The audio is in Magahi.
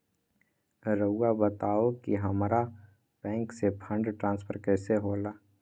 राउआ बताओ कि हामारा बैंक से फंड ट्रांसफर कैसे होला?